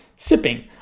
Sipping